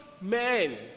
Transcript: men